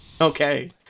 Okay